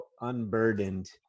unburdened